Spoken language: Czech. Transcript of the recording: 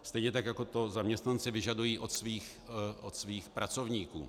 Stejně tak jako to zaměstnanci vyžadují od svých pracovníků.